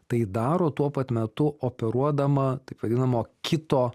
tai daro tuo pat metu operuodama taip vadinamo kito